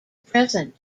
present